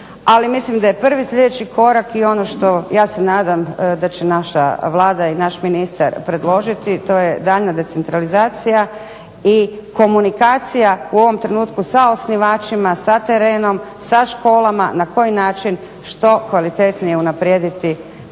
ali mislim da je prvi sljedeći korak i ono što ja se nadam da će naša Vlada i naš ministar predložiti, to je daljnja decentralizacija i komunikacija u ovom trenutku sa osnivačima, sa terenom, sa školama, na koji način što kvalitetnije unaprijediti